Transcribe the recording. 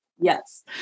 Yes